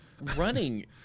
Running